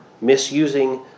misusing